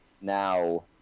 now